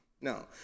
No